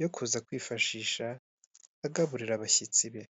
yo kuza kwifashisha agaburira abashyitsi be.